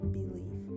belief